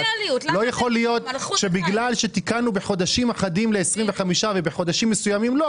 לא יכול להיות שבגלל שתיקנו בחודשים אחדים ל-25 ובחודשים מסוימים לא,